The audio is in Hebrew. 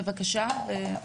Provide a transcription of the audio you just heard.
בבקשה.